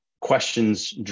questions